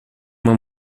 uma